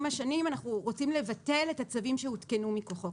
השנים אנחנו רוצים לבטל את הצווים שעודכנו מכוחו.